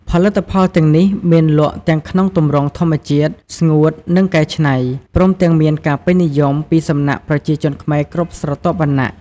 ផលិតផលទាំងនេះមានលក់ទាំងក្នុងទម្រង់ធម្មជាតិ ស្ងួត និងកែច្នៃ ព្រមទាំងមានការពេញនិយមពីសំណាក់ប្រជាជនខ្មែរគ្រប់ស្រទាប់វណ្ណៈ។